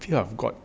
fear of god